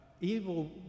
evil